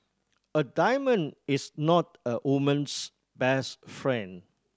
a diamond is not a woman's best friend